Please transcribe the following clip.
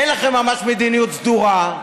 אין לכם ממש מדיניות סדורה,